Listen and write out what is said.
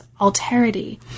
alterity